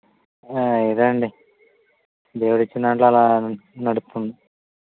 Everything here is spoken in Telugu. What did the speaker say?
ఇదే అండి దేవుడు ఇచ్చిన దాంట్లో అలా నడుపుకుంటూ